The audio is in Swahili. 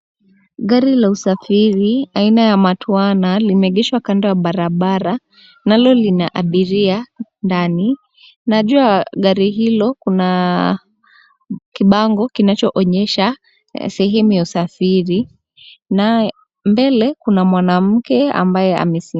Gari la usafiri aina ya matwana limeegeshwa kando ya barabara nalo lina abiria ndani .Najua gari hilo kuna kibango kinachoonyesha sehemu ya usafiri. Mbele, kuna mwanamke ambaye amesimama.